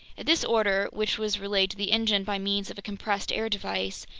this order, which was relayed to the engine by means of a compressed-air device,